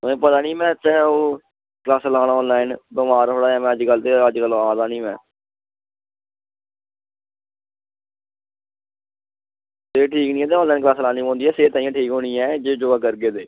पता नी में इत्थें क्लासां ला ना आनलाईन बमार हा में अज्ज कल ते अज्ज कल आदा नी में सेह् ठीक नी ऐ ते ऑन लाईन क्लासां लानियां पौंदियां सेह्त तां गै ठीक होनीं ऐ जे योगा करगे ते